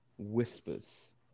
whispers